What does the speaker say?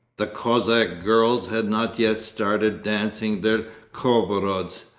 the cossack girls had not yet started dancing their khorovods,